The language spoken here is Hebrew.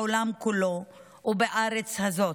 בעולם כולו ובארץ הזאת,